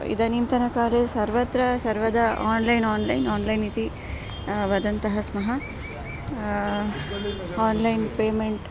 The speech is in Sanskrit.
इदानीन्तनकाले सर्वत्र सर्वदा आन्लैन् आन्लैन् आन्लैन् इति वदन्तः स्मः आन्लैन् पेमेण्ट्